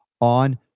on